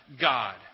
God